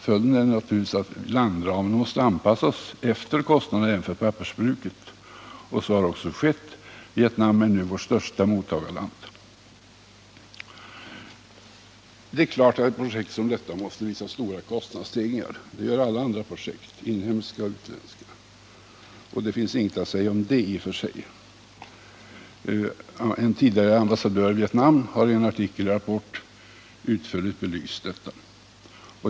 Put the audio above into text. Följden är naturligtvis att landramen måste anpassas efter kostnaderna även för pappersbruket, och så har också skett. Vietnam är nu vårt största mottagarland. Det är klart att ett projekt som detta måste visa stora kostnadsstegringar — det gör alla andra projekt, inhemska och utländska — och det finns det ingenting att säga om i och för sig. En tidigare ambassadör i Vietnam har i en artikel i Rapport utförligt belyst detta.